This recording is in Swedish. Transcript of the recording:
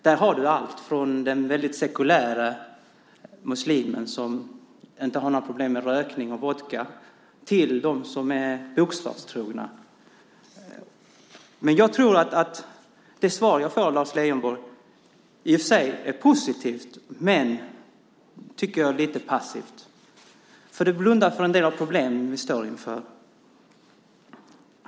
Där finns allt från den väldigt sekulära muslimen som inte har några problem med rökning och vodka till dem som är bokstavstrogna. Det svar som jag har fått av Lars Leijonborg är i och för sig positivt, men jag tycker att det är lite passivt. Han blundar för en del av de problem som vi står inför.